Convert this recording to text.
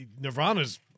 Nirvana's